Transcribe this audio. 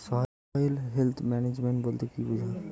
Soil health management বলতে কি বুঝায়?